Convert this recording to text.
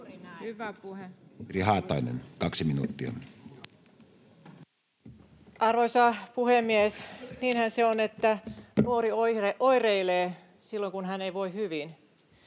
keinoin Time: 11:41 Content: Arvoisa puhemies! Niinhän se on, että nuori oireilee silloin, kun hän ei voi hyvin.